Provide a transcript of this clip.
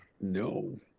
No